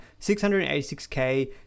686k